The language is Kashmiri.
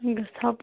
گژھ ہاو